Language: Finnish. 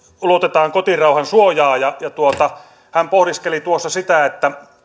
ulotetaan kotirauhan suojaa ja hän pohdiskeli sitä